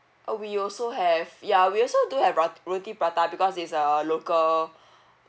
we also have ya we also do have ro~ roti prata because it's a local